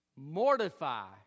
mortify